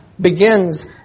begins